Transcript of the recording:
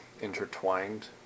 intertwined